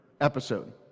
episode